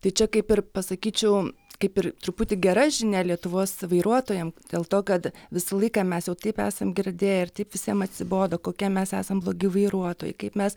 tai čia kaip ir pasakyčiau kaip ir truputį gera žinia lietuvos vairuotojams dėl to kad visą laiką mes jau taip esam girdėję ir taip visiem atsibodo kokie mes esam blogi vairuotojai kaip mes